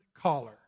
caller